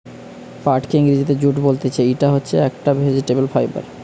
পাটকে ইংরেজিতে জুট বলতিছে, ইটা হচ্ছে একটি ভেজিটেবল ফাইবার